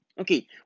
okay